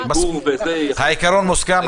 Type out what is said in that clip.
שגור --- העיקרון מוסכם,